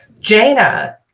Jaina